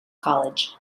college